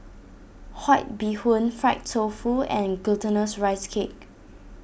White Bee Hoon Fried Tofu and Glutinous Rice Cake